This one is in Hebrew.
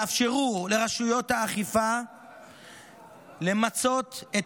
זה יאפשר לרשויות האכיפה למצות את